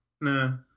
No